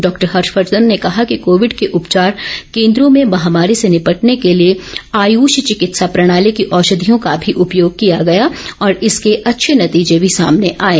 doctor Harshvardhan ने कहा कि कोविड के उपचार केन्द्रों में महामारी से निपटने के लिए आयुष चिकित्सा प्रणाली की औषधियों का भी उपयोग किया गया और इसके अच्छे नतीजे भी सामने आये